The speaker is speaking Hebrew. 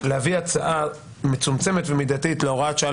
להביא הצעה מצומצמת ומידתית להוראת שעה